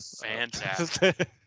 Fantastic